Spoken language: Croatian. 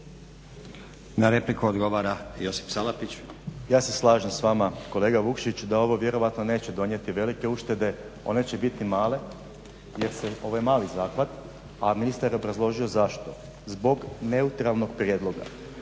Salapić. **Salapić, Josip (HDSSB)** Ja se slažem s vama kolega Vukšić da ovo vjerojatno neće donijeti velike uštede. One će biti male jer je ovo mali zahvat, a ministar je obrazložio zašto, zbog neutralnog prijedloga.